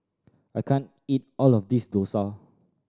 I can't eat all of this dosa